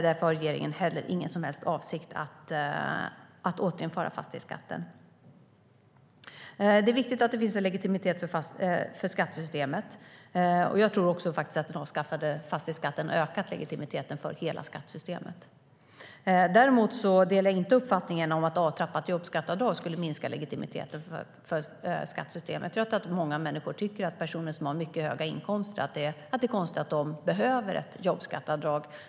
Därför har regeringen inte heller någon som helst avsikt att återinföra fastighetsskatten. Däremot delar jag inte uppfattningen att ett avtrappat jobbskatteavdrag skulle minska legitimiteten för skattesystemet. Jag tror att många människor tycker att det är konstigt att personer som har mycket höga inkomster behöver ett jobbskatteavdrag.